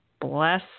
Bless